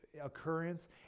occurrence